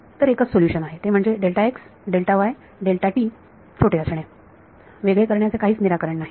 तर एकच सोल्युशन आहे ते म्हणजे छोट्या असणे वेगळे करण्याचे काहीच निराकरण नाही